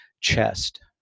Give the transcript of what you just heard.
chest